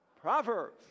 Proverbs